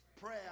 prayer